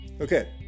Okay